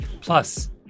Plus